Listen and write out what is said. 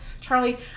Charlie